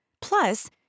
Plus